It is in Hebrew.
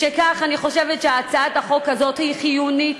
משכך, אני חושבת שהצעת החוק הזאת היא חיונית,